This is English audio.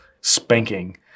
spanking